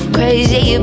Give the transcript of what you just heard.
crazy